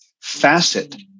facet